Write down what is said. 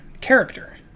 character